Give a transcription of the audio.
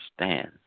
understand